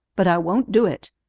but i won't do it!